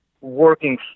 working